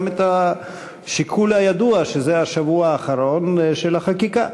גם את השיקול הידוע שזה השבוע האחרון של החקיקה.